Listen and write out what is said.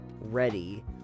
ready